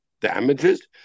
damages